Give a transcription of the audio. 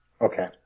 Okay